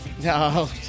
No